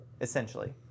essentially